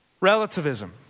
Relativism